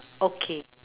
okay